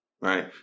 right